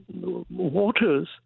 waters